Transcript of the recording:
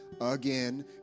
again